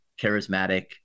charismatic